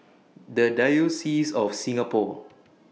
The Diocese of Singapore